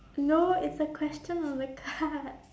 no it's the question on the card